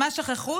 ומה שכחו?